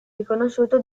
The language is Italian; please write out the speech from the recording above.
riconosciuto